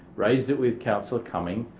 raised it with councillor cumming,